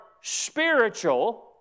spiritual